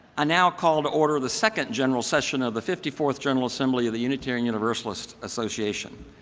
ah now call to order the second general session of the fifty-fourth general assembly of the unitarian universalist association.